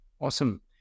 Awesome